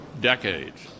decades